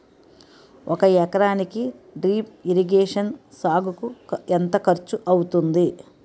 ఒక ఎకరానికి drip irrigation సాగుకు ఎంత ఖర్చు అవుతుంది?